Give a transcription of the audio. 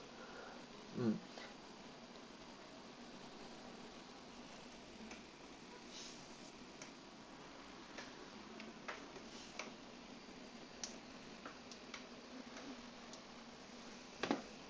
mm